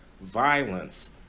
violence